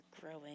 growing